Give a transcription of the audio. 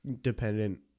dependent